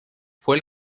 fue